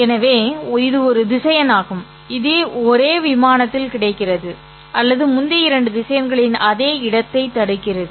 எனவே இது ஒரே திசையன் ஆகும் இது ஒரே விமானத்தில் கிடக்கிறது அல்லது முந்தைய இரண்டு திசையன்களின் அதே இடத்தைத் தடுக்கிறது